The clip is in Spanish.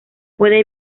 puede